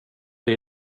det